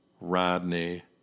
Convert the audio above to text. Rodney